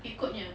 ikut punya